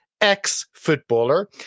ex-footballer